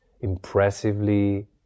impressively